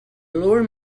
lower